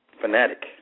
Fanatic